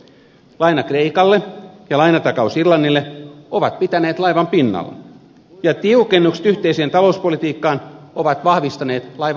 laina kreikalle ja lainatakaus irlannille ovat pitäneet laivan pinnalla ja tiukennukset yhteiseen talouspolitiikkaan ovat vahvistaneet laivan ohjausta